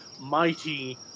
mighty